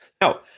Now